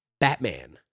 Batman